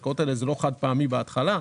לא חד-פעמיות בהתחלה,